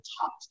top